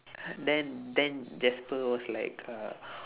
then then jasper was like uh